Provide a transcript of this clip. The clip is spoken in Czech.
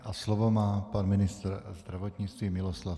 A slovo má pan ministr zdravotnictví Miloslav Ludvík.